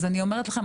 אני אומרת לכם,